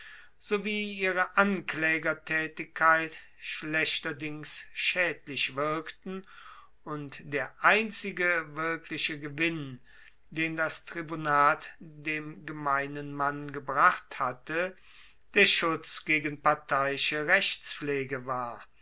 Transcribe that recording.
sowie ihre anklaegertaetigkeit schlechterdings schaedlich wirkten und der einzige wirkliche gewinn den das tribunat dem gemeinen mann gebracht hatte der schutz gegen parteiische rechtspflege war